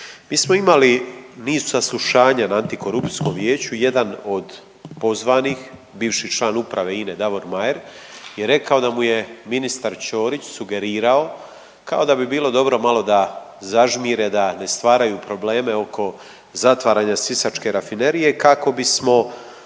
Mi smo imali niz saslušanja na Antikorupcijskom vijeću i jedan od pozvanih, bivši član Uprave INA-e Davor Mayer je rekao da mu je ministar Ćorić sugerirao kao da bi bilo dobro malo da zažmire, da ne stvaraju probleme oko zatvaranja sisačke rafinerije kako bismo